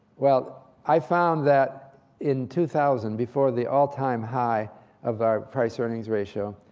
well, i found that in two thousand, before the all time high of our price earnings ratio,